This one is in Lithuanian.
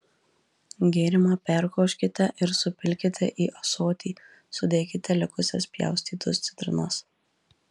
gėrimą perkoškite ir supilkite į ąsotį sudėkite likusias pjaustytus citrinas